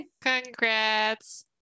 congrats